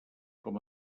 com